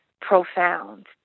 profound